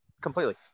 completely